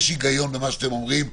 יש היגיון במה שאתם אומרים,